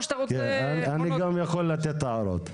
או שאתה רוצה -- אני גם יכול לתת הערות.